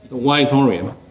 why thorium?